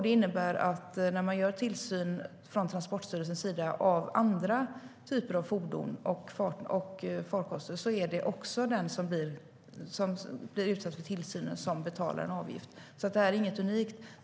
Det innebär att det är den som blir utsatt för tillsynen som betalar en avgift även när man från Transportstyrelsens sida bedriver tillsyn av andra typer av fordon och farkoster. Det är alltså inget unikt.